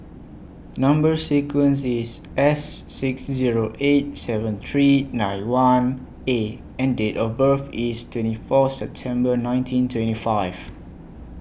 Number sequence IS S six Zero eight seven three nine one A and Date of birth IS twenty four September nineteen twenty five